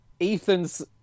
Ethan's